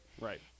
Right